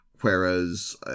Whereas